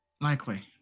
Likely